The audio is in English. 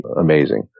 amazing